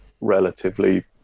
relatively